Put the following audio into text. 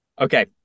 Okay